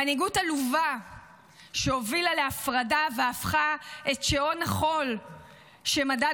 מנהיגות עלובה שהובילה להפרדה והפכה את שעון החול שמדד